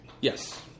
Yes